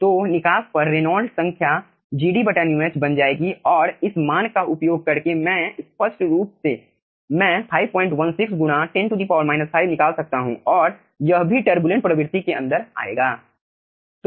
तो निकास पर रेनॉल्ड्स संख्या Reynold's number GD μh बन जाएगी और इस मान का उपयोग करके मैं स्पष्ट रूप से मैं 516 गुणा 10 5 निकाल सकता हूं और यह भी टर्बूलेंट प्रवृत्ति के अंदर आएगा